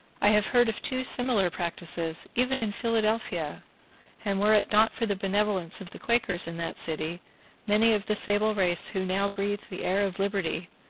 i have heard of two similar practices even in philadelphia and were it not for the benevolence of the quakers in that city many of the sable race, who now breathe the air of liberty,